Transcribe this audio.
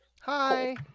Hi